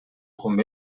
кум